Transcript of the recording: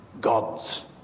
God's